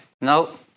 No